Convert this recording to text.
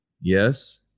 Yes